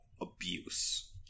abuse